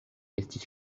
estis